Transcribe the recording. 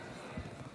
אדוני.